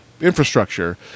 infrastructure